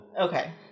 okay